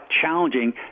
challenging